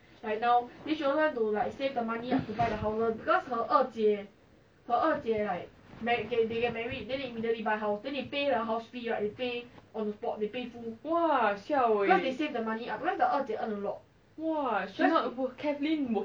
!wah! not bad eh actually you put which which which what